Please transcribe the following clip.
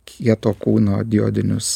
kieto kūno diodinius